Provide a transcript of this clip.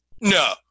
No